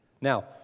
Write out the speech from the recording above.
Now